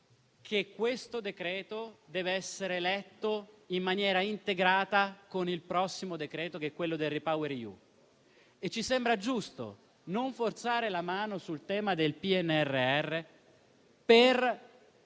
in esame dev'essere letto in maniera integrata con il prossimo decreto-legge, che è quello su REPowerEU, e ci sembra giusto non forzare la mano sul tema del PNRR per